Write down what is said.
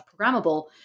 programmable